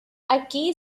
aquí